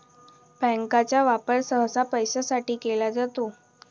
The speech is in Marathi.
बँकांचा वापर सहसा पैशासाठी केला जातो